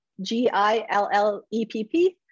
G-I-L-L-E-P-P